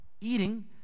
eating